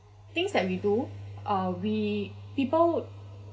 things that we do uh we people